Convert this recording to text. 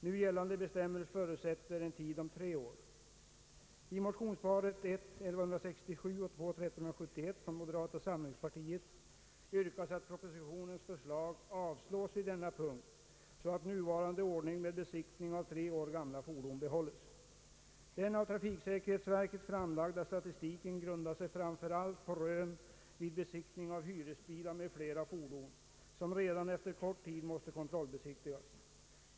Nu gällande bestämmelser förutsätter en tid om tre år. Den av trafiksäkerhetsverket framlagda statistiken grundar sig framför allt på rön vid besiktning av hyresbilar m.fl. fordon, som redan efter kort tid måste kontrollbesiktigas.